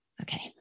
okay